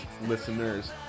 listeners